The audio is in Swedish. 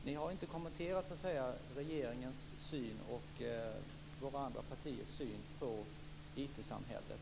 Ni har inte kommenterat regeringens syn och våra andra partiers syn på IT-samhället.